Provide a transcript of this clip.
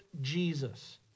Jesus